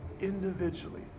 individually